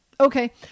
Okay